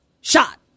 Shot